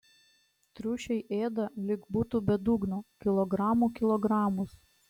triušiai ėda lyg būtų be dugno kilogramų kilogramus